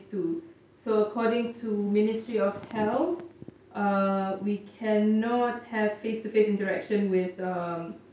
two so according to ministry of health uh we cannot have face to face interaction with um